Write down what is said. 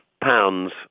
pounds